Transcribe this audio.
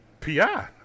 PI